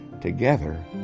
Together